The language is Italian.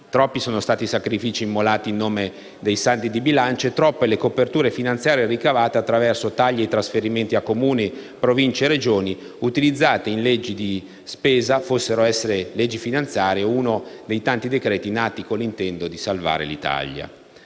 Troppi sono stati i sacrifici immolati in nome dei saldi di bilancio e troppe le coperture finanziarie ricavate attraverso tagli ai trasferimenti a Comuni, Province e Regioni, utilizzate in sede di leggi di spesa, fossero esse leggi finanziarie o uno dei tanti decreti legge nati con l'intento di "salvare" l'Italia.